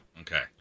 Okay